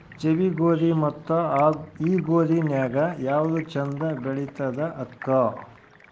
ಜವಿ ಗೋಧಿ ಮತ್ತ ಈ ಗೋಧಿ ನ್ಯಾಗ ಯಾವ್ದು ಛಂದ ಬೆಳಿತದ ಅಕ್ಕಾ?